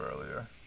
earlier